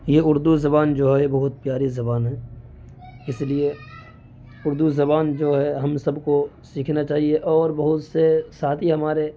یہ اردو زبان جو ہے بہت پیاری زبان ہے اس لیے اردو زبان جو ہے ہم سب کو سیکھنا چاہیے اور بہت سے ساتھی ہمارے